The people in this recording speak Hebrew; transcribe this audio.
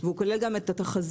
והוא כולל גם את התחזיות,